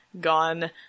gone